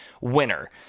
winner